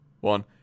one